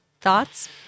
thoughts